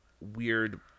weird –